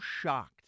shocked